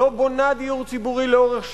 לא בונה דיור ציבורי לאורך שנים.